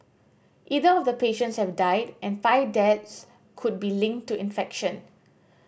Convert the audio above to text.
eight of the patients have died and five deaths could be linked to infection